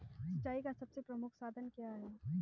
सिंचाई का सबसे प्रमुख साधन क्या है?